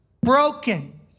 broken